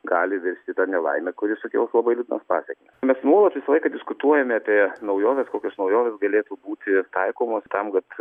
gali virsti ta nelaime kuri sukels labai liūdnas pasekmes mes nuolat visą laiką diskutuojame apie naujoves kokios naujovės galėtų būti taikomos tam kad